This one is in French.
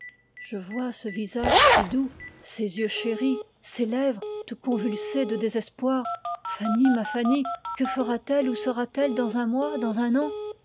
je vois ce visage si doux ces yeux chéris ces lèvres tout convulsés de désespoir fanny ma fanny que fera-t-elle où sera-t-elle dans un mois dans un an